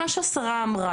מה שהשרה אמרה,